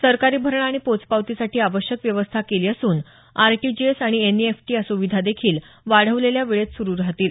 सरकारी भरणा आणि पोचपावतीसाठी आवश्यक व्यवस्था केली असून आरटीजीएस आणि एनइएफटी या सुविधा देखील वाढवलेल्या वेळेत सुरू राहतील